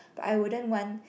but I wouldn't want